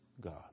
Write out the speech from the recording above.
God